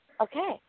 Okay